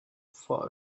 for